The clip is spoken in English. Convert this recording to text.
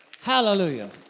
Hallelujah